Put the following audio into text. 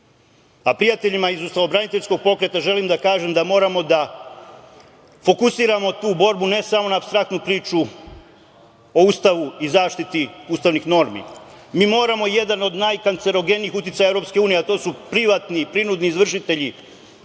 budućnost. Prijateljima iz ustavobraniteljskog pokreta, želim da kažem da moramo da fokusiramo tu borbu ne samo na apstraktnu priču o Ustavu i zaštiti ustavnih normi. Mi moramo jedan od najkancerogenijih uticaja EU, a to su privatni i prinudni izvršitelji,